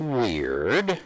weird